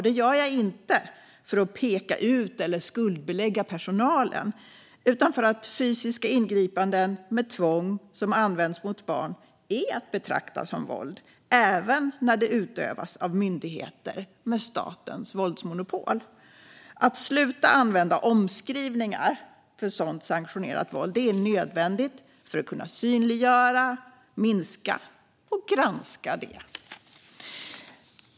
Det gör jag inte för att peka ut eller skuldbelägga personalen utan för att fysiska ingripanden med tvång som används mot barn är att betrakta som våld, även när det utövas av myndigheter med statens våldsmonopol. Att sluta använda omskrivningar för sådant sanktionerat våld är nödvändigt för att kunna synliggöra, minska och granska det.